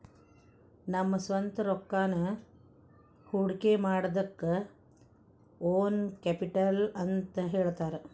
ನಮ್ದ ಸ್ವಂತ್ ರೊಕ್ಕಾನ ಹೊಡ್ಕಿಮಾಡಿದಕ್ಕ ಓನ್ ಕ್ಯಾಪಿಟಲ್ ಅಂತ್ ಹೇಳ್ತಾರ